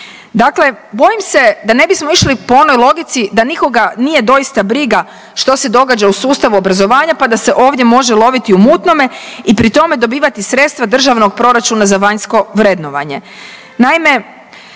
Dakle, bojim se da ne bismo išli po onoj logici da nikoga nije doista briga što se događa u sustavu obrazovanja, pa da se ovdje može loviti u mutnome i pri tome dobivati sredstva državnog proračuna za vanjsko vrednovanje.